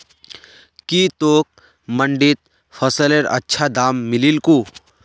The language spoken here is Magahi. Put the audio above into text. की तोक मंडीत फसलेर अच्छा दाम मिलील कु